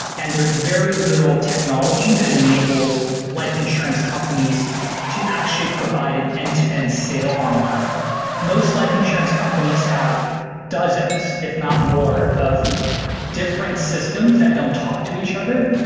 and there's very little technology that enables life insurance companies to actually provide an and end-to-end and sale online most life insurance companies have dozens, if not more of different systems that don't talk to each other,